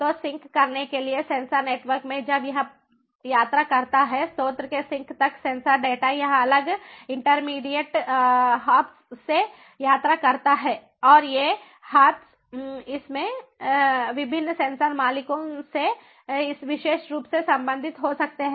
तो सिंक करने के लिए सेंसर नेटवर्क में जब यह यात्रा करता है स्रोत से सिंक तक सेंसर डेटा यह अलग इंटरमीडिएट हॉप्स से यात्रा करता है और ये हॉप्स इसमें विभिन्न सेंसर मालिकों से इस विशेष रूप से संबंधित हो सकते हैं